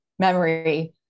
memory